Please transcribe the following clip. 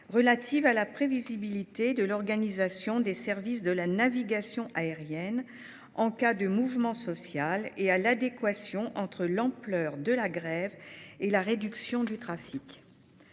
relative à la prévisibilité de l'organisation des services de la navigation aérienne en cas de mouvement social et à l'adéquation entre l'ampleur de la grève et la réduction du trafic.